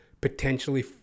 potentially